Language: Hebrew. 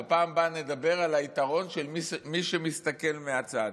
בפעם הבאה נדבר על היתרון של מי שמסתכל מהצד: